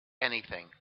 anything